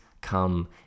come